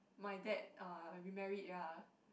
my dad uh remarried ah